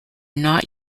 not